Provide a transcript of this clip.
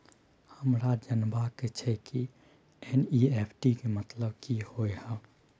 हमरा जनबा के छै की एन.ई.एफ.टी के मतलब की होए है?